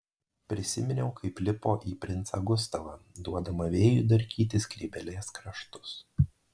prisiminiau kaip lipo į princą gustavą duodama vėjui darkyti skrybėlės kraštus